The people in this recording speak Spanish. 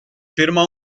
firma